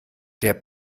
der